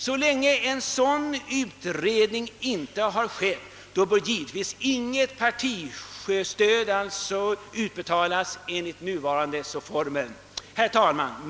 Så länge en utredning inte har skett bör givetvis inget partistöd utbetalas enligt nuvarande former. Herr talman!